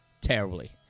terribly